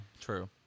true